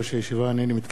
הנני מתכבד להודיע,